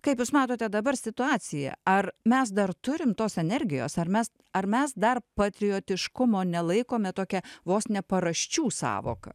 kaip jūs matote dabar situaciją ar mes dar turim tos energijos ar mes ar mes dar patriotiškumo nelaikome tokia vos ne paraščių sąvoka